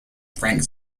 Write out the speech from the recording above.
frank